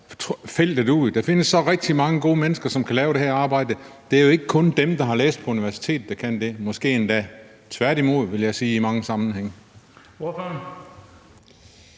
Der findes rigtig mange gode mennesker, som kan lave det her arbejde. Det er jo ikke kun dem, der har læst på universitetet, der kan det – måske endda tværtimod, vil jeg sige, i mange sammenhænge.